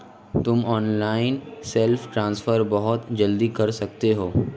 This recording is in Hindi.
तुम ऑनलाइन सेल्फ ट्रांसफर बहुत जल्दी कर सकते हो